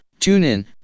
TuneIn